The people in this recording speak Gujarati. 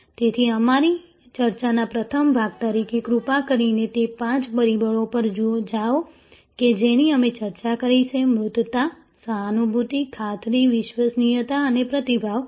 તેથી અમારી ચર્ચાના પ્રથમ ભાગ તરીકે કૃપા કરીને તે પાંચ પરિબળો પર જાઓ કે જેની અમે ચર્ચા કરી છે મૂર્તતા સહાનુભૂતિ ખાતરી વિશ્વસનીયતા અને પ્રતિભાવ